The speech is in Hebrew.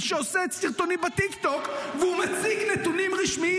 -- שעושה סרטונים בטיקטוק ומציג נתונים רשמיים